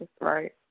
right